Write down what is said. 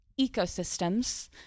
ecosystems